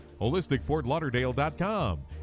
HolisticFortLauderdale.com